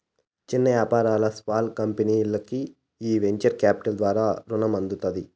చిన్న యాపారాలు, స్పాల్ కంపెనీల్కి ఈ వెంచర్ కాపిటల్ ద్వారా రునం అందుతాది